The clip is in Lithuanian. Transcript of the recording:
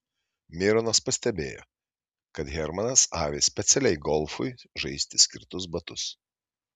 mironas pastebėjo kad hermanas avi specialiai golfui žaisti skirtus batus